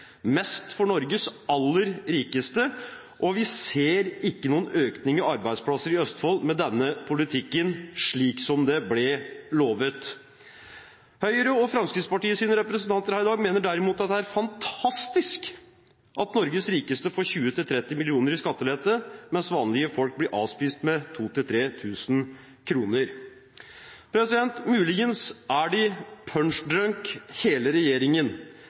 mest for Norges aller rikeste, og vi ser ingen økning i antall arbeidsplasser i Østfold med denne politikken, slik som det ble lovet. Høyres og Fremskrittspartiets representanter her i dag mener derimot at det er «fantastisk» at Norges rikeste får 20–30 millioner i skattelette, mens vanlige folk blir avspist med 2 000–3 000 kr. Muligens er de «punch-drunk», hele regjeringen,